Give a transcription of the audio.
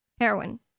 heroin